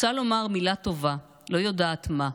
/ רוצה לומר מילה טובה, לא יודעת מה.